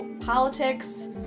politics